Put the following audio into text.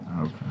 Okay